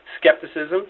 skepticism